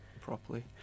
properly